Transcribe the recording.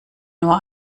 nur